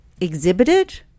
exhibited